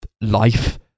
life